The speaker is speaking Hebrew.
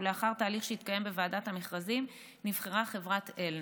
ולאחר תהליך שהתקיים בוועדת המכרזים נבחרה חברת אלנט.